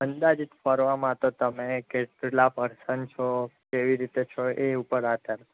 અંદાજિત ફરવામાં તો તમે કેટલા પર્સન છો કેવી રીતે છો એ ઉપર આધાર